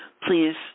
Please